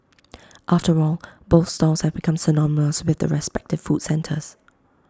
after all both stalls have become synonymous with the respective food centres